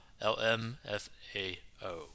L-M-F-A-O